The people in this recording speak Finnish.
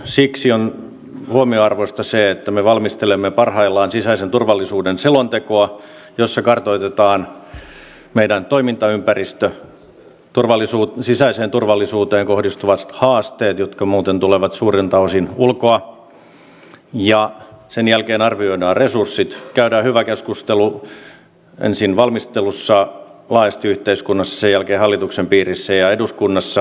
siksi on huomionarvoista se että me valmistelemme parhaillaan sisäisen turvallisuuden selontekoa jossa kartoitetaan meidän toimintaympäristömme sisäiseen turvallisuuteen kohdistuvat haasteet jotka muuten tulevat suurilta osin ulkoa ja sen jälkeen arvioidaan resurssit käydään hyvä keskustelu ensin valmistelussa laajasti yhteiskunnassa ja sen jälkeen hallituksen piirissä ja eduskunnassa